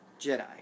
Jedi